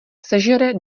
sežere